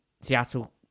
Seattle